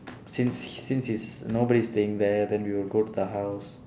since since is nobody is staying there then we would go to the house